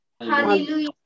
Hallelujah